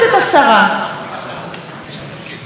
אמרה השרה: מה נעשה,